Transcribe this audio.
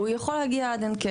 הוא יכול להגיע עד אין קץ.